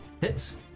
hits